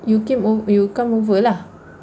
you came o~ you come over lah